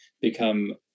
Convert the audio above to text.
become